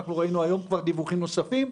ראינו היום דיווחים נוספים,